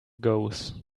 goes